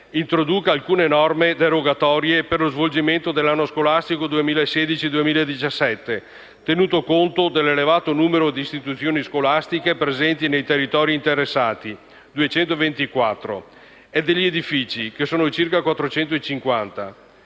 introduca alcune norme derogatorie per lo svolgimento dell'anno scolastico 2016-2017, tenuto conto dell'elevato numero di istituzioni scolastiche presenti nei territori interessati (224) e degli edifici scolastici (circa 450);